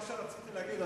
מה שרציתי להגיד,